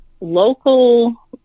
local